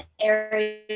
area